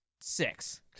six